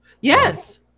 Yes